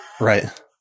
right